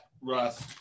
Russ